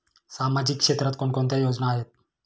सामाजिक क्षेत्रात कोणकोणत्या योजना आहेत?